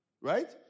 right